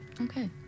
Okay